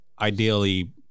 Ideally